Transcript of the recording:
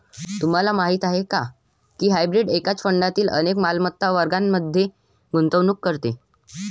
तुम्हाला माहीत आहे का की हायब्रीड एकाच फंडातील अनेक मालमत्ता वर्गांमध्ये गुंतवणूक करते?